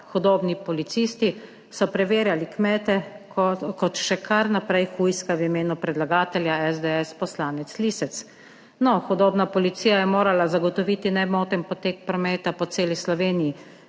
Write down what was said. hudobni policisti so preverjali kmete, kot še kar naprej hujska v imenu predlagatelja SDS poslanec Lisec. No, hudobna policija je morala zagotoviti nemoten potek prometa po celi Sloveniji,